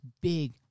big